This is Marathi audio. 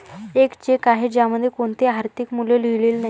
एक चेक आहे ज्यामध्ये कोणतेही आर्थिक मूल्य लिहिलेले नाही